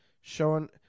showing